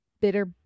bitter